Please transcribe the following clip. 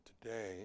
today